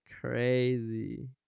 crazy